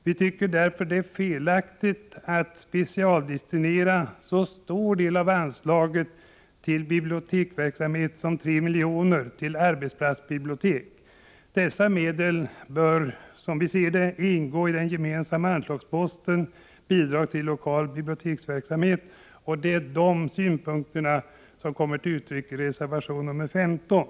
Vi tycker därför att det är felaktigt att specialdestinera en så stor del av folkbiblioteksanslaget som 3 milj.kr. till arbetsplatsbibliotek. Dessa medel bör, som vi ser det, i stället ingå i den gemensamma anslagsposten Bidrag till lokal biblioteksverksamhet. Det är dessa synpunkter som kommer till uttryck i reservation nr 15.